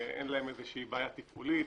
ואין להם איזושהי בעיה תפעולית,